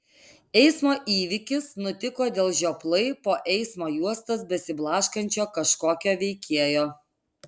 eismo įvykis nutiko dėl žioplai po eismo juostas besiblaškančio kažkokio veikėjo